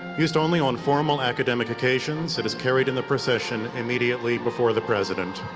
used only on formal academic occasions, it is carried in the procession immediately before the president.